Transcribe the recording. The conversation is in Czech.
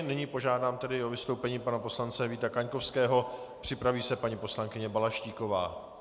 Nyní požádám o vystoupení pana poslance Víta Kaňkovského, připraví se paní poslankyně Balaštíková.